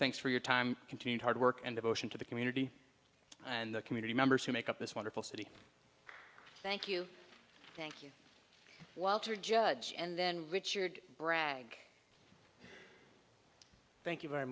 thanks for your time continued hard work and devotion to the community and the community members who make up this wonderful city thank you thank you walter judge and then richard bragg thank you very